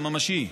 הממשי.